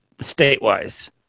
state-wise